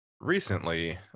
recently